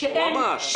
לא לגמגם.